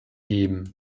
geben